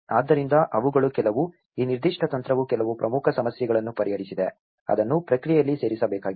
ಆದ್ದರಿಂದ ಅವುಗಳು ಕೆಲವು ಈ ನಿರ್ದಿಷ್ಟ ತಂತ್ರವು ಕೆಲವು ಪ್ರಮುಖ ಸಮಸ್ಯೆಗಳನ್ನು ಪರಿಹರಿಸಿದೆ ಅದನ್ನು ಪ್ರಕ್ರಿಯೆಯಲ್ಲಿ ಸೇರಿಸಬೇಕಾಗಿದೆ